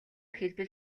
хэлбэл